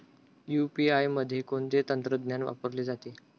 UPI मध्ये कोणते तंत्रज्ञान वापरले जाते?